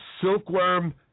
Silkworm